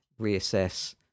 reassess